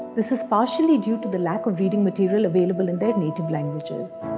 this is partially due to the lack of reading material available in their native languages.